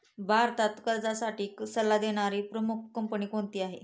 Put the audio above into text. भारतात कर्जासाठी सल्ला देणारी प्रमुख कंपनी कोणती आहे?